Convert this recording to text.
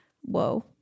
whoa